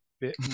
bit